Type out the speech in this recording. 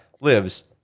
lives